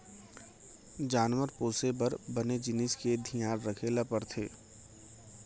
जानवर पोसे बर बने जिनिस के धियान रखे ल परथे